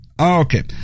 Okay